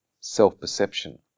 self-perception